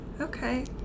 okay